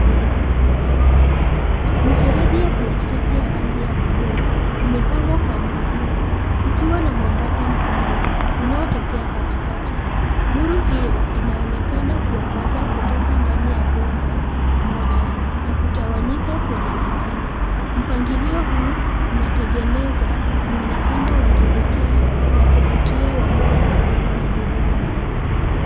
Mifereji ya plastiki ya rangi ya bluu imepangwa kwa mviringo ikiwa na mwangaza mkali unaotokea katikati. Nuru hiyo inaonekana kuangaza kutoka ndani ya bomba moja na kutawanyika kwenye mengine. Mpangilio huu unatengeneza mwonekano wa kipekee wa kuvutia wa mwanga na vivuli.